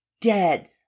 dead